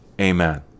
Amen